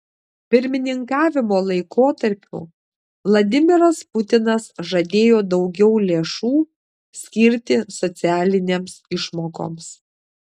pirmininkavimo laikotarpiu vladimiras putinas žadėjo daugiau lėšų skirti socialinėms išmokoms